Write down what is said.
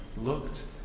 looked